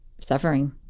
suffering